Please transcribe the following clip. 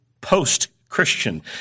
post-Christian